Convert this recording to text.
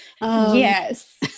Yes